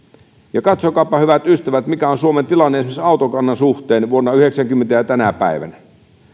ja katsokaapa hyvät ystävät mikä on suomen tilanne esimerkiksi autokannan suhteen vuonna yhdeksänkymmentä ja tänä päivänä